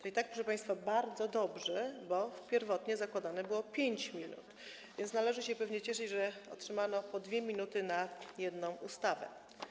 To i tak, proszę państwa, bardzo dobrze, bo pierwotnie zakładano 5 minut, więc należy się pewnie cieszyć, że otrzymaliśmy po 2 minuty na jedną ustawę.